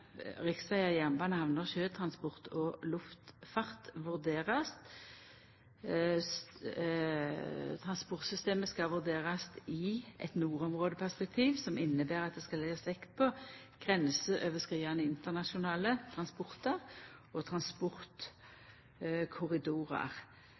riksvegar, jernbane, havner/sjøtransport og luftfart vurderast. Transportsystemet skal vurderast i eit nordområdeperspektiv, som inneber at det skal leggjast vekt på grenseoverskridande internasjonale transportar og